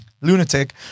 lunatic